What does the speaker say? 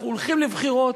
אנחנו הולכים לבחירות,